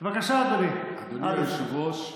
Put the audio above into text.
בבקשה, אדוני, עד עשר דקות.